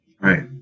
Right